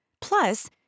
Plus